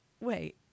Wait